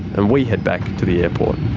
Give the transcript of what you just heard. and we head back to the airport.